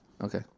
Okay